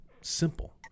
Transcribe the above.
simple